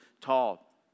tall